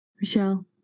Michelle